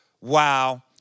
wow